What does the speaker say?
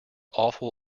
awful